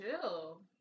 chill